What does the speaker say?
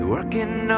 Working